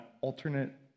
alternate